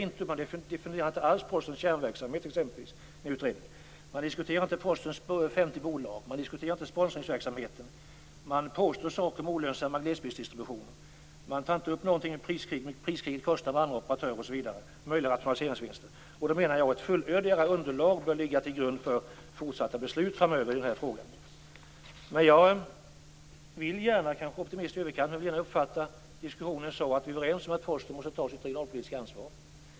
Man definierar inte alls t.ex. Postens kärnverksamhet i utredningen. Man diskuterar inte Postens bolag. Man diskuterar inte sponsringsverksamheten. Man påstår saker om den olönsamma glesbygdsdistributionen. Man tar inte upp något om hur mycket priskriget med andra operatörer kostar eller möjliga rationaliseringsvinster. Jag menar att ett fullödigare underlag bör ligga till grund för fortsatta beslut framöver i denna fråga. Jag kanske är optimist i överkant, men jag vill gärna uppfatta diskussionen på ett sådant sätt att vi är överens om att Posten måste ta sitt regionalpolitiska ansvar.